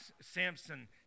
Samson